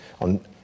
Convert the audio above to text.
on